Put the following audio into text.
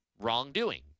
wrongdoing